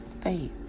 faith